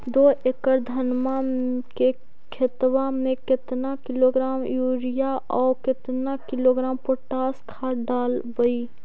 दो एकड़ धनमा के खेतबा में केतना किलोग्राम युरिया और केतना किलोग्राम पोटास खाद डलबई?